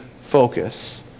focus